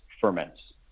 ferments